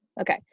Okay